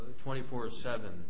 24-7